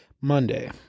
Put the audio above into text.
Monday